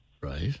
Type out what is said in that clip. Right